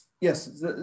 yes